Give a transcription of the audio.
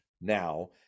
now